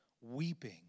weeping